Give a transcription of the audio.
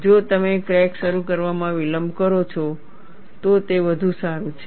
જો તમે ક્રેક શરૂ કરવામાં વિલંબ કરો છો તો તે વધુ સારું છે